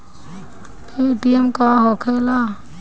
Paytm का होखेला?